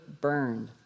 burned